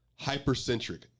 hypercentric